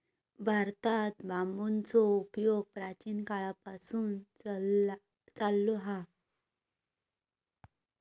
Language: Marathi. भारतात बांबूचो उपयोग प्राचीन काळापासून चाललो हा